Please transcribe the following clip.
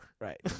Right